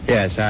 Yes